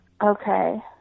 Okay